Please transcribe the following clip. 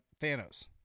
Thanos